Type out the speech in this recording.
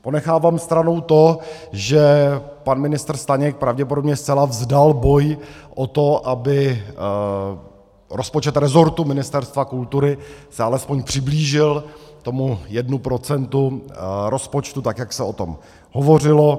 Ponechávám stranou to, že pan ministr Staněk pravděpodobně zcela vzdal boj o to, aby se rozpočet rezortu Ministerstva kultury alespoň přiblížil tomu jednomu procentu rozpočtu, tak jak se o tom hovořilo.